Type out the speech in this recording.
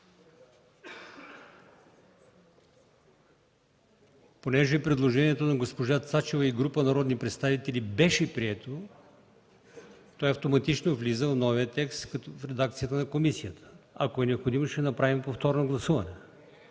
Понеже предложението на госпожа Цачева и група народни представители беше прието, автоматично влиза в новия текст в редакцията на комисията. Ако е необходимо, ще направим повторно гласуване.